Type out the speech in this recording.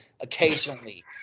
occasionally